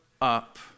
up